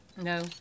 No